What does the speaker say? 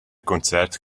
concert